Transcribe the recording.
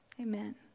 Amen